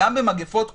גם במגפות קודמות.